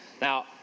Now